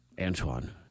Antoine